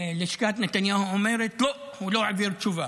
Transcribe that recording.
לשכת נתניהו אומרת: לא, הוא לא העביר תשובה.